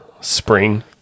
Spring